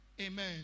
Amen